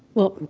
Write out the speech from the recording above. well,